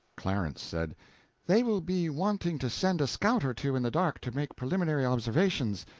clarence said they will be wanting to send a scout or two in the dark to make preliminary observations.